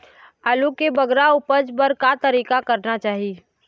आलू के बगरा उपज बर का तरीका करना चाही?